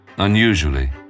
Unusually